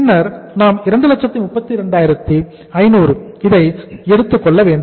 பின்னர் நாம் 232500 இதை எடுத்துக்கொள்ள வேண்டும்